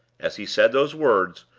as he said those words,